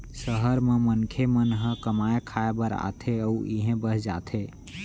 सहर म मनखे मन ह कमाए खाए बर आथे अउ इहें बस जाथे